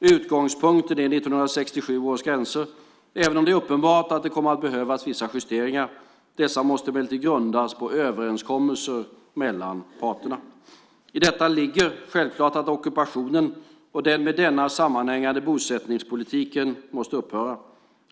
Utgångspunkten är 1967 års gränser, även om det är uppenbart att det kommer att behövas vissa justeringar. Dessa måste emellertid grundas på överenskommelser mellan parterna. I detta ligger självklart att ockupationen och den med denna sammanhängande bosättningspolitiken måste upphöra.